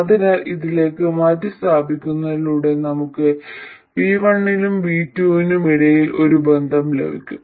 അതിനാൽ ഇതിലേക്ക് മാറ്റിസ്ഥാപിക്കുന്നതിലൂടെ നമുക്ക് V1 നും V2 നും ഇടയിൽ ഒരു ബന്ധം ലഭിക്കും